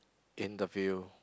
interview